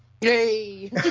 yay